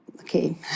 Okay